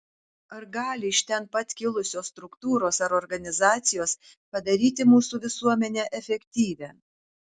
ar gali iš ten pat kilusios struktūros ar organizacijos padaryti mūsų visuomenę efektyvią